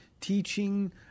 teaching